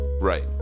Right